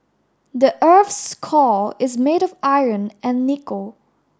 the earth's core is made of iron and nickel